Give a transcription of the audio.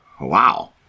Wow